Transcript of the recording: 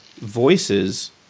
voices